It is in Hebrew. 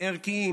ערכיים,